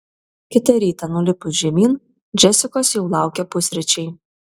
kitą rytą nulipus žemyn džesikos jau laukė pusryčiai